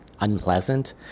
Unpleasant